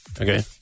Okay